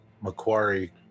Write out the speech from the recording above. macquarie